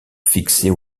fixées